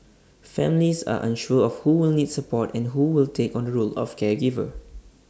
families are unsure of who will need support and who will take on the role of caregiver